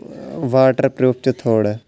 water پروٗپ تہِ تھوڑا